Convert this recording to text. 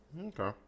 Okay